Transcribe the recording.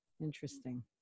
interesting